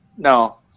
No